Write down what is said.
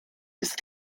ist